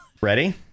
Ready